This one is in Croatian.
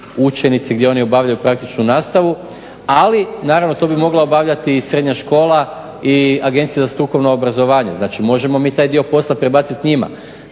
učenici gdje oni obavljaju praktičnu nastavu, ali naravno to bi mogla obavljati i srednja škola i Agencija za strukovno obrazovanje. Znači možemo mi taj dio posla prebacit njima.